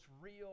real